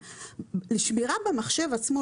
שמירה במחשב עצמו,